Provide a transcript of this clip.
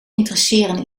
interesseren